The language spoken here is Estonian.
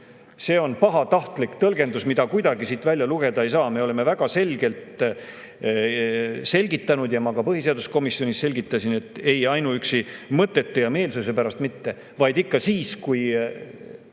See on pahatahtlik tõlgendus, mida siit kuidagi välja lugeda ei saa. Me oleme väga selgelt selgitanud ja ma ka põhiseaduskomisjonis selgitasin, et ei, ainuüksi mõtete ja meelsuse pärast mitte, vaid ikka siis, kui